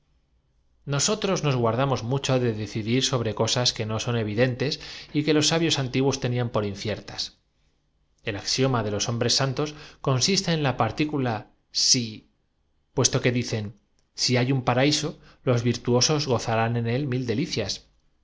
nosotros nos guardamos mucho de decidir sobre nada y seguida por los emperadores indiferentes más cosas que no son evidentes y que los sabios antiguos que tolerantes de todas las demás prácticas y creencias tenían por inciertas el axioma délos hombres santos hubo sin embargo una época en que los cabalísticos consiste en la partícula si puesto que dicen si hay un paraíso los virtuosos gozaran en él mil delicias